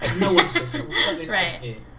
right